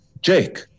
Jake